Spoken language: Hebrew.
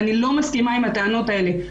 ואני לא מסכימה עם הטענות האלה.